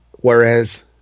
whereas